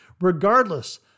Regardless